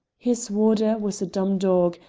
his warder was a dumb dog,